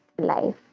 life